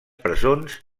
presons